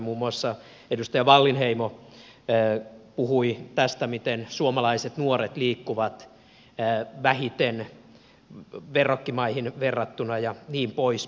muun muassa edustaja wallinheimo puhui tästä miten suomalaiset nuoret liikkuvat vähiten verrokkimaihin verrattuna ja niin poispäin